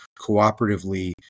cooperatively